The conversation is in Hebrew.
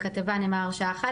בכתבה נאמר שעה אחת,